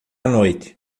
noite